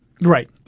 Right